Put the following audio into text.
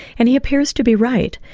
and he appears to be right.